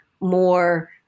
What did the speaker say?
more